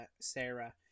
Sarah